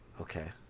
Okay